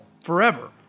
forever